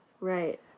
right